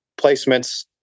placements